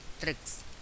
Tricks